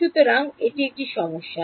সুতরাং এটি একটি সমস্যা